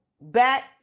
back